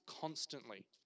constantly